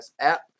app